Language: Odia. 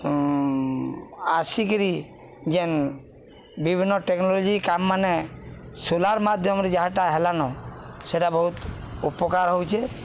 ଆସିକିରି ଯେନ୍ ବିଭିନ୍ନ ଟେକ୍ନୋଲୋଜି କାମ୍ମାନେ ସୋଲାର ମାଧ୍ୟମରେ ଯାହାଟା ହେଲାନ ସେଟା ବହୁତ ଉପକାର ହଉଚେ